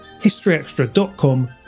historyextra.com